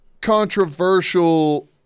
controversial